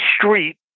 street